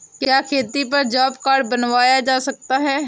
क्या खेती पर जॉब कार्ड बनवाया जा सकता है?